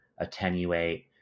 attenuate